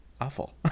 awful